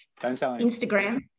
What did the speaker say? Instagram